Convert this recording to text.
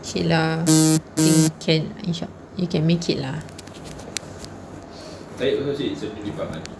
okay lah think can you can insha~ make it lah